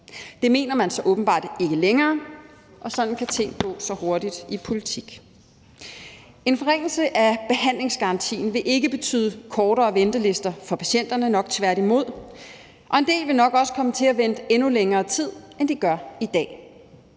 Det mener man så åbenbart ikke længere, og sådan kan ting gå så hurtigt i politik. En forringelse af behandlingsgarantien vil ikke betyde kortere ventelister for patienterne, nok tværtimod, og en del vil nok også komme til at vente endnu længere tid, end de gør i dag.